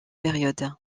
période